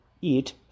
eat